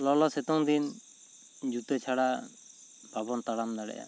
ᱞᱚᱞᱚ ᱥᱤᱛᱩᱝ ᱫᱤᱱ ᱡᱩᱛᱟᱹ ᱪᱷᱟᱲᱟ ᱵᱟᱵᱚᱱ ᱛᱟᱲᱟᱢ ᱫᱟᱲᱮᱭᱟᱜᱼᱟ